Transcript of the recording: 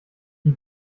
die